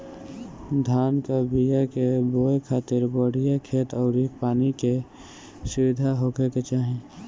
धान कअ बिया के बोए खातिर बढ़िया खेत अउरी पानी के सुविधा होखे के चाही